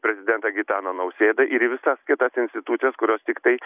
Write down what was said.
prezidentą gitaną nausėdą ir į visas kitas institucijas kurios tiktai